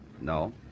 No